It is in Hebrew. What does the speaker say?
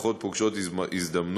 משפחות פוגשות הזדמנות.